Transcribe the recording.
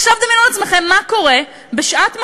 עכשיו דמיינו לעצמכם מה קורה בשעת משבר,